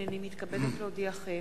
הנני מתכבדת להודיעכם,